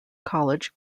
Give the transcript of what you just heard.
college